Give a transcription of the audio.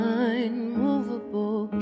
unmovable